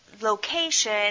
location